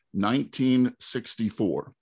1964